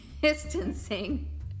distancing